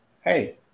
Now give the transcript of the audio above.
hey